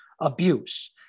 abuse